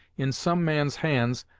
in some man's hands,